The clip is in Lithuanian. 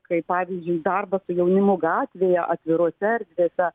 kaip pavyzdžiui darbas su jaunimu gatvėje atvirose erdvėse